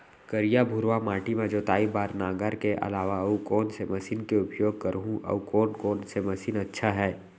करिया, भुरवा माटी म जोताई बार नांगर के अलावा अऊ कोन से मशीन के उपयोग करहुं अऊ कोन कोन से मशीन अच्छा है?